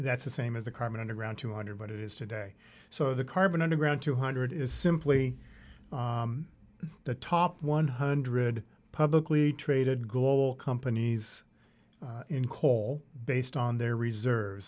that's the same as the carbon underground two hundred what it is today so the carbon underground two hundred is simply the top one hundred publicly traded global companies in coal based on their reserves